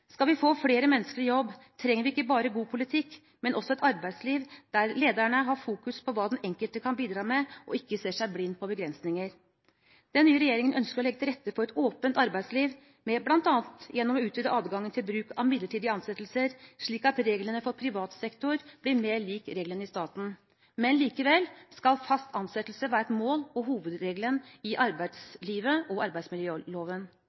Skal vi få flere mennesker i jobb, trenger vi ikke bare god politikk, men også et arbeidsliv der lederne har fokus på hva den enkelte kan bidra med, og ikke ser seg blind på begrensninger. Den nye regjeringen ønsker å legge til rette for et åpent arbeidsliv, gjennom bl.a. å utvide adgangen til bruk av midlertidige ansettelser, slik at reglene for privat sektor blir mer like reglene i staten. Likevel skal fast ansettelse være et mål og hovedregelen i arbeidslivet og arbeidsmiljøloven.